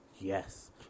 Yes